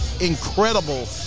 incredible